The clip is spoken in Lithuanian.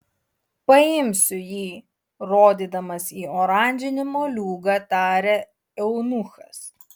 paimsiu jį rodydamas į oranžinį moliūgą tarė eunuchas